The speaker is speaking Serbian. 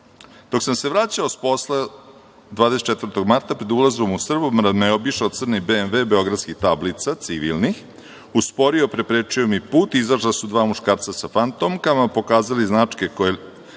„Dok sam se vraćao s posla 24. marta pred ulazom u Srbobran me je obišao crni BMV beogradskih tablica, civilnih, usporio, preprečio mi put, izašla su dva muškarca sa fantomkama, pokazali značke koje